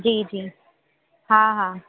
जी जी हा हा